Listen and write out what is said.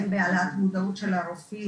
הן בהעלאת מודעות של הרופאים,